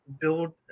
build